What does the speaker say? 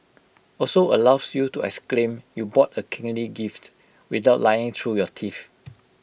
also allows you to exclaim you bought A kingly gift without lying through your teeth